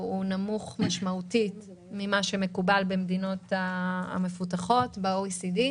נמוך משמעותית ממה שמקובל במדינות המפותחות ב-OECD,